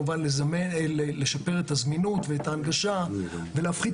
אנחנו רוצים לשפר את הזמינות ואת ההנגשה ולהפחית